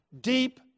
Deep